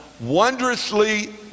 wondrously